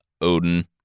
Odin